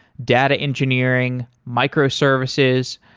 data engineering, microservices.